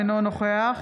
אינו נוכח